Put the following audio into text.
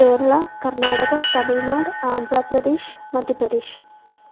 Kerala Karnataka Tamil Nadu Andhra Pradesh Madhya Pradesh